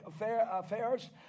affairs